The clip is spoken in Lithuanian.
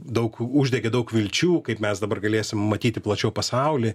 daug uždegė daug vilčių kaip mes dabar galėsim matyti plačiau pasaulį